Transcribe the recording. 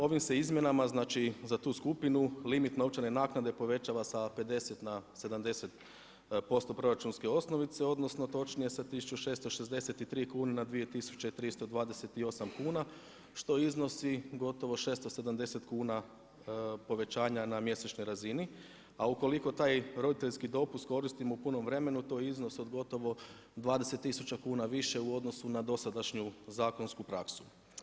Ovim se izmjenama, znači, za tu skupinu limit novčane naknade povećava sa 50 na 70% proračunske osnovice, odnosno točnije sa 1663 kune na 2328 kuna, što iznosi gotovo 670 kuna povećanja na mjesečnoj razini, a ukoliko taj roditeljski dopust koristimo u punom vremenu, to je iznos od gotovo 20 tisuća kuna više u odnosu na dosadašnju zakonsku praksu.